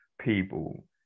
people